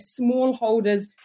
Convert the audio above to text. smallholders